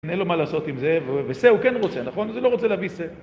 אין לו מה לעשות עם זה, ושה הוא כן רוצה, נכון? אז הוא לא רוצה להביא שה.